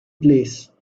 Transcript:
place